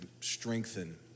strengthen